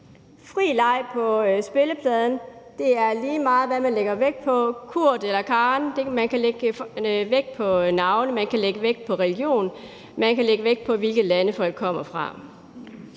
fri leg på spillepladen, hvor det er lige meget, hvad man lægger vægt på – Kurt eller Karen; man kan lægge vægt på navne, man kan lægge vægt på religion, eller man kan lægge vægt på, hvilke lande folk kommer fra.